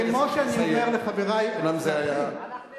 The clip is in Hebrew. כמו שאני אומר לחברי, אומנם זה היה מעשיר,